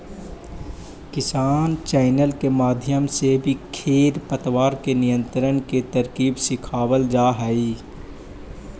किसान चैनल के माध्यम से भी खेर पतवार के नियंत्रण के तरकीब सिखावाल जा हई